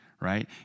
right